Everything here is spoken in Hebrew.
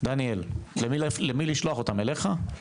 דניאל, לשלוח אותם אליך?